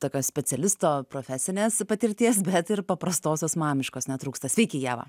tokio specialisto profesinės patirties bet ir paprastosios mamiškos netrūksta sveiki ieva